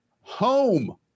home